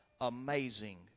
amazing